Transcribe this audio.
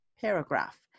paragraph